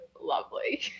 lovely